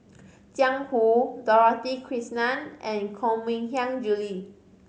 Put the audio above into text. Jiang Hu Dorothy Krishnan and Koh Mui Hiang Julie